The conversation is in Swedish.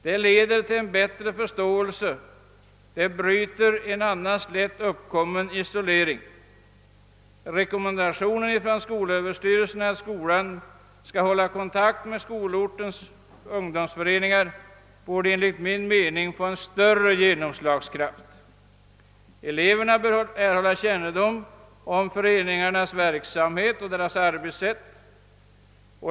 Det leder till en bättre förståelse och det bryter en isolering som annars lätt uppkommer. Skolöverstyrelsens rekommendation att skolan skall hålla kontakt med skolortens ungdomsföreningar borde enligt min mening få större genomslagskraft. Eleverna bör få kännedom om föreningarnas verksamhet och arbetssätt.